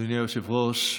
אדוני היושב-ראש,